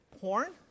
porn